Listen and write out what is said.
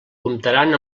comptaran